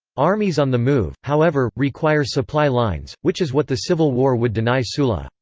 armies on the move, however, require supply lines, which is what the civil war would deny sulla.